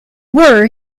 were